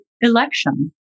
election